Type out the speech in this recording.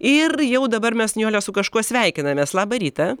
ir jau dabar mes nijole su kažkuo sveikinamės labą rytą